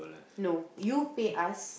no you pay us